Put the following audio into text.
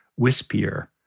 wispier